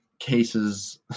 Cases